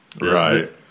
Right